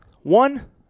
One